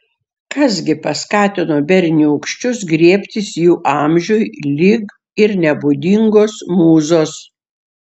kas gi paskatino berniūkščius griebtis jų amžiui lyg ir nebūdingos mūzos